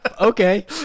okay